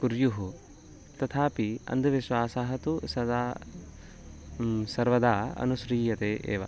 कुर्युः तथापि अन्धविश्वासः तु सदा सर्वदा अनुसृजते एव